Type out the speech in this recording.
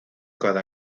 cada